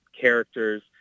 characters